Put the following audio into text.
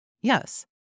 Yes